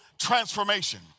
transformation